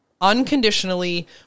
unconditionally